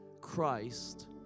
Christ